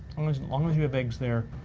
um as and long as you have eggs there,